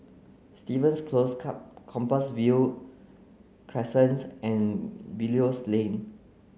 Stevens Close Compassvale Crescent and Belilios Lane